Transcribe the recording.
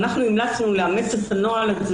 ואנחנו המלצנו לאמץ את הנוהל הזה,